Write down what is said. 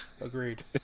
Agreed